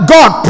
God